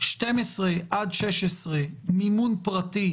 אם שמעתם אבל יש כל מיני מודלים שבודקים,